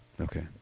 Okay